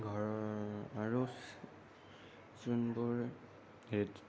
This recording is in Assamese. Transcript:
ঘৰৰ আৰু যোনবোৰ হেৰিত